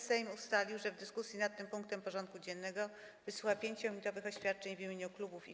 Sejm ustalił, że w dyskusji nad tym punktem porządku dziennego wysłucha 5-minutowych oświadczeń w imieniu klubów i koła.